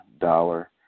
Dollar